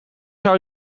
zou